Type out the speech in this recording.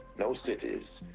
no cities,